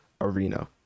arena